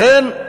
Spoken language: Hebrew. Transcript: לכן,